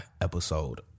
episode